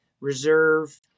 reserve